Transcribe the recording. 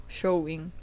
showing